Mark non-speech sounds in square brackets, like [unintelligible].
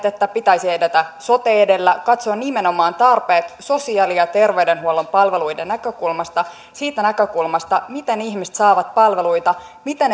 [unintelligible] että pitäisi edetä sote edellä katsoa nimenomaan tarpeet sosiaali ja terveydenhuollon palveluiden näkökulmasta siitä näkökulmasta miten ihmiset saavat palveluita miten [unintelligible]